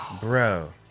Bro